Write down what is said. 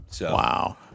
Wow